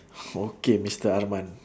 okay mister arman